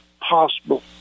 possible